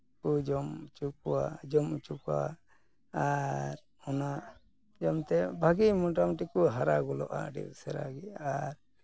ᱠᱚ ᱡᱚᱢ ᱦᱚᱪᱚ ᱠᱚᱣᱟ ᱡᱚᱢ ᱦᱚᱪᱚ ᱠᱚᱣᱟ ᱟᱨ ᱚᱱᱟ ᱡᱚᱢᱛᱮ ᱵᱷᱟᱜᱮ ᱢᱳᱴᱟᱢᱩᱴᱤ ᱠᱚ ᱦᱟᱨᱟ ᱜᱚᱫᱚᱜᱼᱟ ᱟᱹᱰᱤ ᱩᱥᱟᱹᱨᱟ ᱜᱮ ᱟᱨ